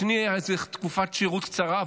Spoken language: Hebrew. השני היה צריך תקופת שירות קצרה.